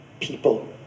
people